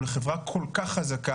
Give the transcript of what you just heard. כל מה שהוא לא מה שהם אומרים,